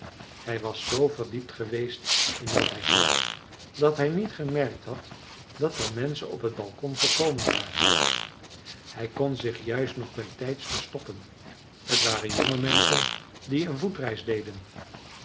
hij was zoo verdiept geweest in wat hij zag dat hij niet gemerkt had dat er menschen op t balkon gekomen waren hij kon zich nog juist bijtijds verstoppen t waren jonge menschen die een voetreis deden